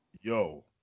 Yo